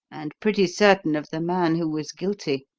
and pretty certain of the man who was guilty.